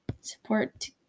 support